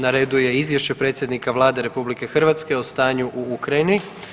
Na redu je Izvješće predsjednika Vlade RH o stanju u Ukrajini.